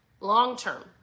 Long-term